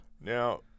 now